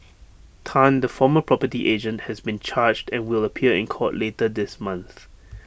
Tan the former property agent has been charged and will appear in court later this month